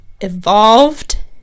evolved